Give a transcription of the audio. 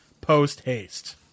post-haste